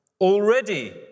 Already